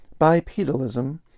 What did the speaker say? Bipedalism